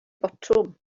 botwm